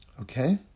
Okay